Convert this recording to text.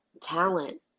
talent